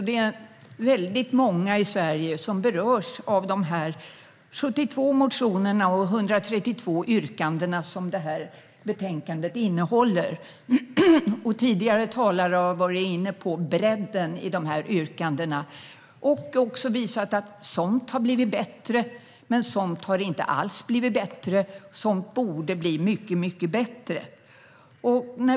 Det är många i Sverige som berörs av de 72 motioner och 132 yrkanden som behandlas i betänkandet. Tidigare talare har varit inne på bredden i yrkandena. De har visat att somt har blivit bättre, somt har inte alls blivit bättre och somt borde bli mycket bättre.